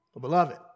Beloved